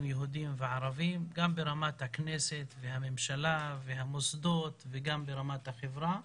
יהודים וערבים גם ברמת הכנסת והממשלה והמוסדות וגם ברמת החברה,